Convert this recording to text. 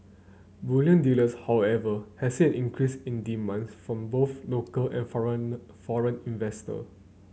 bullion dealers however had said increase in demands from both local and foreign investor